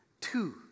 Two